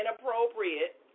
inappropriate